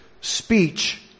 speech